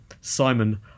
Simon